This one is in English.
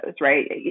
right